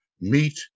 Meet